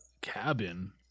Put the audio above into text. cabin